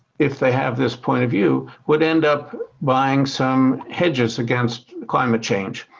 if they have this point of view, would end up buying some hedges against climate change.